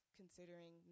considering